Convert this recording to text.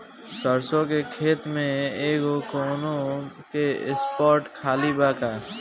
सरसों के खेत में एगो कोना के स्पॉट खाली बा का?